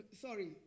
sorry